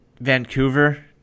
Vancouver